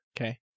Okay